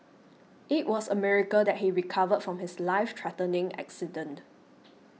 it was a miracle that he recovered from his life threatening accident